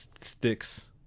sticks